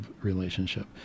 relationship